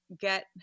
get